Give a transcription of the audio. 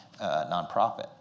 nonprofit